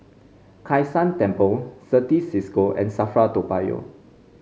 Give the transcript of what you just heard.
Kai San Temple Certis Cisco and Safra Toa Payoh